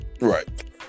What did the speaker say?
Right